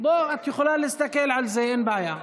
את יכולה להסתכל על זה, אין בעיה.